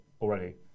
already